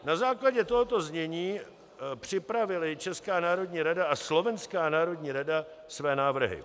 Na základě tohoto znění připravily Česká národní rada a Slovenská národní rada své návrhy.